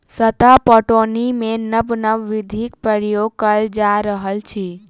सतही पटौनीमे नब नब विधिक प्रयोग कएल जा रहल अछि